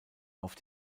auf